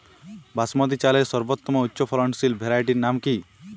বাসমতী চালের সর্বোত্তম উচ্চ ফলনশীল ভ্যারাইটির নাম কি?